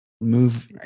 Move